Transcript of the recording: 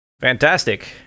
fantastic